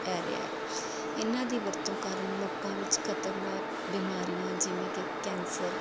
ਪੈ ਰਿਹਾ ਹੈ ਇਹਨਾਂ ਦੀ ਵਰਤੋਂ ਕਾਰਨ ਲੋਕਾਂ ਵਿੱਚ ਖ਼ਤਰਨਾਕ ਬਿਮਾਰੀਆਂ ਜਿਵੇਂ ਕਿ ਕੈਂਸਰ